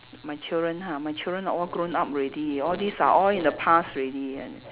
my children ha my children are all grown up already all these are all in the past already and